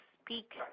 speak